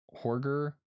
Horger